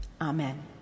amen